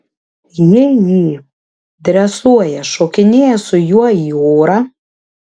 ji jį dresuoja šokinėja su juo į orą